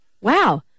wow